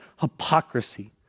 hypocrisy